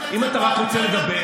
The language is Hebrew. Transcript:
אם אתה רק רוצה לדבר,